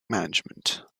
management